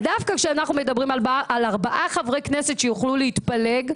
אבל דווקא כשאנחנו מדברים על ארבעה חברי כנסת שיוכלו להתפלג,